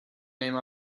name